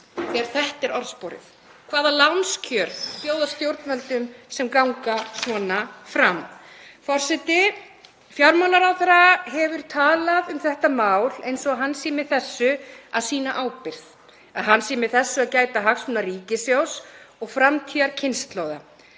þegar þetta er orðsporið? Hvaða lánskjör bjóðast stjórnvöldum sem ganga svona fram? Forseti. Fjármálaráðherra hefur talað um þetta mál eins og hann sé með þessu að sýna ábyrgð, að hann sé með þessu að gæta hagsmuna ríkissjóðs og framtíðarkynslóða.